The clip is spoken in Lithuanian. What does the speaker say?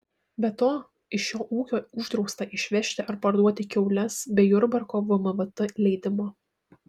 be to iš šio ūkio uždrausta išvežti ar parduoti kiaules be jurbarko vmvt leidimo